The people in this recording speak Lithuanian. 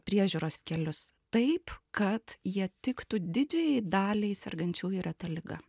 priežiūros kelius taip kad jie tiktų didžiajai daliai sergančiųjų reta liga